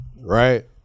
right